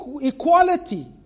equality